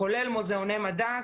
כולל מוזיאוני מדע,